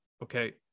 okay